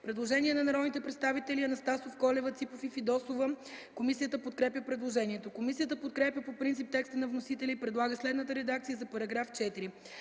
Предложение на народните представители Анастасов, Колева, Ципов и Фидосова. Комисията подкрепя по принцип предложението. Комисията подкрепя по принцип текста на вносителя и предлага следната редакция на §